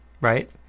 right